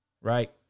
right